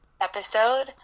episode